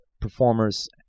performers